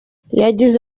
yagize